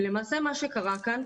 למעשה מה שקרה כ אן,